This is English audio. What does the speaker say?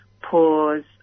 pause